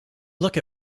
look